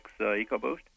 EcoBoost